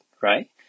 right